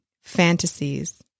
fantasies